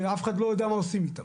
שאף אחד לא יודע מה עושים איתם.